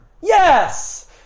Yes